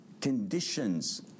conditions